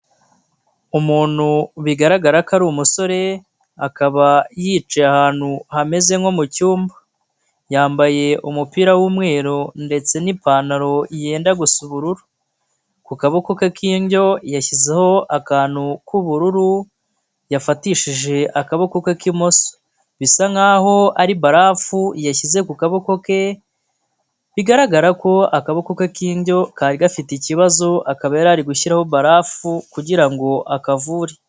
Umuntu bigaragara ko ari umusore akaba yicaye ahantu hameze nko mu cyumba. Yambaye umupira w'umweru ndetse n'ipantaro yenda gusa ubururu, ku kaboko ke k'indyo yashyizeho akantu k'ubururu yafatishije akaboko ke k'imoso bisa nk'aho ari barafu yashyize ku kaboko ke bigaragara ko akaboko ke k'indyo kari gafite ikibazo akaba yari gushyiraho barafu kugirango akavure.